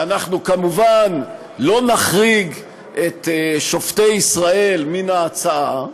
ואנחנו כמובן לא נחריג את שופטי ישראל מן ההצעה,